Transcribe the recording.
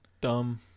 Dumb